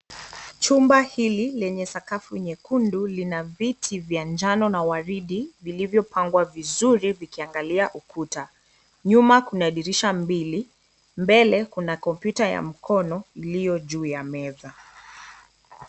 Chumba hili lenye sakafu nyekundu lina viti vya njano na waridi vilvyopangwa vizuri vikiangalia ukuta. Nyuma kuna dirisha mbili, mbele kuna kompyuta ya mkono iliyo juu ya meza.